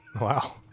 Wow